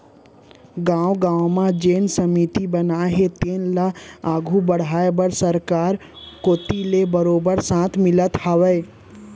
गाँव गाँव म जेन समिति बने हे तेन ल आघू बड़हाय बर सरकार कोती ले बरोबर साथ मिलत हावय